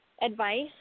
Advice